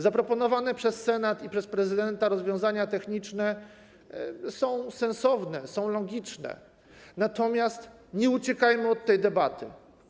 Zaproponowane przez Senat i przez prezydenta rozwiązania techniczne są sensowne, są logiczne, natomiast nie uciekajmy od tej debaty.